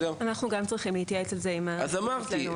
אנחנו גם צריכים להתייעץ עם האנשים אצלנו.